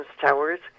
Towers